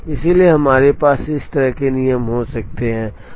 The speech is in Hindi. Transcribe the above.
इसलिए हमारे पास इस तरह के नियम हो सकते हैं